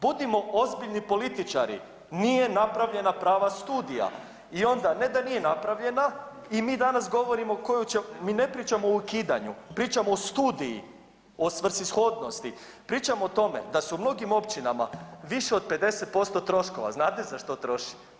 Budimo ozbiljni političari, nije napravljena prava studija i onda ne da nije napravljena i mi danas govorimo koju ćemo, mi ne pričamo o ukidanju, pričamo o studiji o svrsishodnosti, pričamo o tome da su u mnogim općinama više od 50% troškova znate zašto troši?